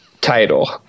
title